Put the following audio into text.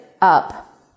up